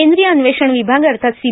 केंद्रीय अन्वेषण विभाग अर्थात सी